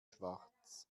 schwarz